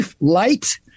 light